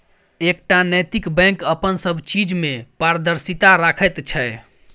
एकटा नैतिक बैंक अपन सब चीज मे पारदर्शिता राखैत छै